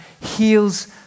heals